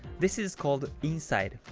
this is called inside.